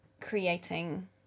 creating